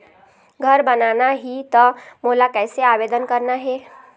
घर बनाना ही त मोला कैसे आवेदन करना हे?